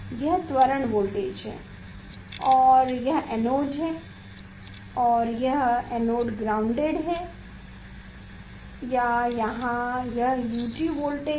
यह त्वरण वोल्टेज और यह एनोड है और यह एनोड ग्राउंडेड है या यहां यह U2 वोल्टेज है